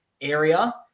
area